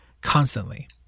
constantly